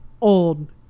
Old